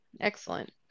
Excellent